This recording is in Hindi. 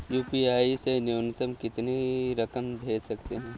यू.पी.आई से न्यूनतम कितनी रकम भेज सकते हैं?